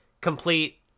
complete